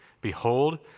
Behold